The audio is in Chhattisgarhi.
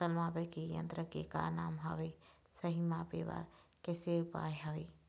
फसल मापे के यन्त्र के का नाम हवे, सही मापे बार कैसे उपाय हवे?